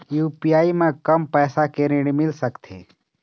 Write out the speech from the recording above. UPI म कम पैसा के ऋण मिल सकथे?